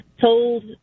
told